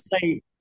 say